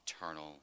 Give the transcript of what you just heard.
eternal